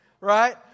Right